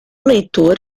leitor